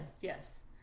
yes